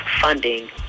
funding